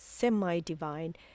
semi-divine